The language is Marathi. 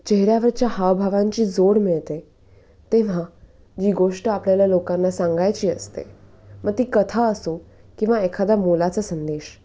चेहऱ्यावरच्या हावभावांची जोड मिळते तेव्हा जी गोष्ट आपल्याला लोकांना सांगायची असते मग ती कथा असो किंवा एखादा मोलाचा संदेश